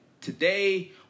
today